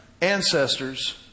ancestors